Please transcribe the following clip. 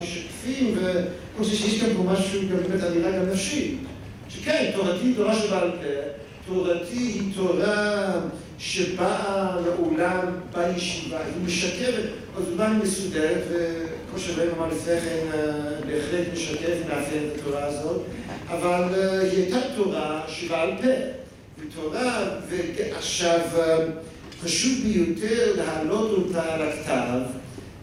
משקפים, וכל שיש כאן הוא משהו גם באמת על ידי הנפשי שכן, תורתי היא תורה שבעל פה תורתי היא תורה שבאה לעולם באה לישיבה, היא משקרת כל הזמן מסודרת וכמו שרון אמר לפני כן בהחלט משקף מאפיין את התורה הזאת אבל היא הייתה תורה שבעל פה תורה, ועכשיו חשוב ביותר להעלות אותה על הכתב